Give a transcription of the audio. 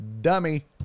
Dummy